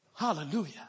Hallelujah